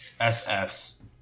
sfs